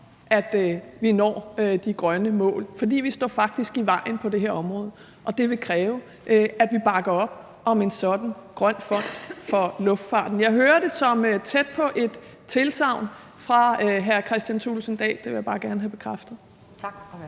at vi når de grønne mål, for vi står faktisk i vejen på det her område, og det vil kræve, at vi bakker op om en sådan grøn fond for luftfarten. Jeg hører det som tæt på et tilsagn fra hr. Kristian Thulesen Dahl, og det vil jeg bare gerne have bekræftet. Kl.